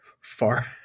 far